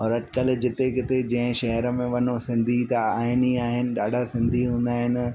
औरि अॼुकल्ह जिते किथे जंहिं शहर में वञो सिंधी त आहिनि ई आहिनि ॾाढा सिंधी हूंदा आहिनि